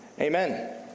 Amen